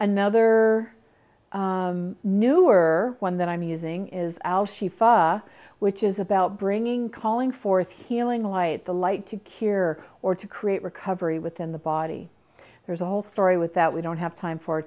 another newer one that i'm using is al she fox which is about bringing calling forth healing light the light to cure or to create recovery within the body there's a whole story with that we don't have time for